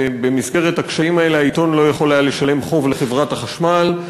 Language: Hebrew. ובמסגרת הקשיים האלה העיתון לא יכול היה לשלם חוב לחברת החשמל.